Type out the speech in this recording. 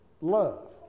love